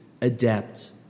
adapt